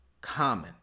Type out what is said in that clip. common